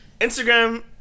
Instagram